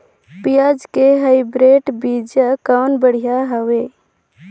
पियाज के हाईब्रिड बीजा कौन बढ़िया हवय?